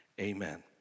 Amen